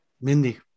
Mindy